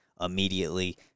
immediately